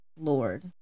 Lord